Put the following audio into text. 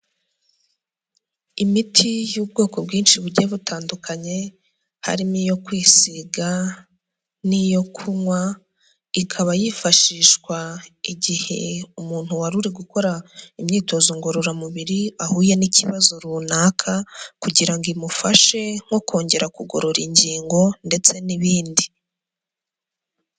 Imiti y'ubwoko bwinshi bugiye butandukanye, harimo iyo kwisiga n'iyo kunywa, ikaba yifashishwa igihe umuntu wari uri gukora imyitozo ngororamubiri, ahuye n'ikibazo runaka kugira ngo imufashe nko kongera kugorora ingingo ndetse n'ibindi.